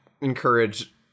encourage